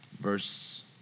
verse